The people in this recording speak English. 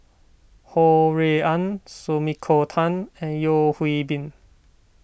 Ho Rui An Sumiko Tan and Yeo Hwee Bin